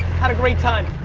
had great time.